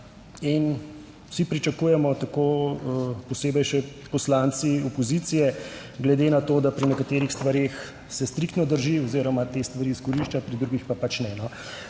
in vsi pričakujemo tako posebej še poslanci opozicije glede na to, da pri nekaterih stvareh se striktno drži oziroma te stvari izkorišča, pri drugih pa pač ne.